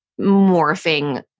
morphing